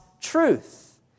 truth